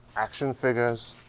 action figures.